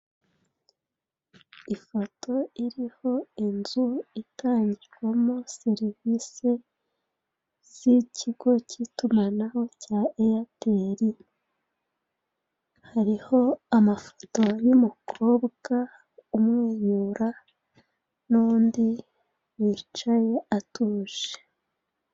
Ifoto iriho inzu itangirwamo serivise z'ikigo cy'itumanaho cya Eyateli, hariho amafoto y'umukobwa umwenyura, n'undi wicaye atuje.